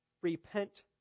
Repent